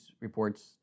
reports